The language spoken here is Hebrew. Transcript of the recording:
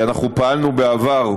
אנחנו פעלנו בעבר.